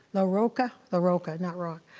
laroca, laroca, not raw.